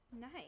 Nice